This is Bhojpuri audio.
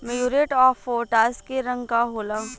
म्यूरेट ऑफ पोटाश के रंग का होला?